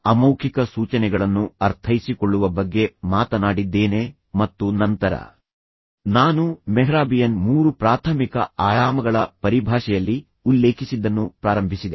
ಅಮೌಖಿಕ ಸೂಚನೆಗಳನ್ನು ಅರ್ಥೈಸಿಕೊಳ್ಳುವ ಬಗ್ಗೆ ಮಾತನಾಡಿದ್ದೇನೆ ಮತ್ತು ನಂತರ ನಾನು ಮೆಹ್ರಾಬಿಯನ್ ಮೂರು ಪ್ರಾಥಮಿಕ ಆಯಾಮಗಳ ಪರಿಭಾಷೆಯಲ್ಲಿ ಉಲ್ಲೇಖಿಸಿದ್ದನ್ನು ಪ್ರಾರಂಭಿಸಿದೆ